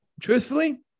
truthfully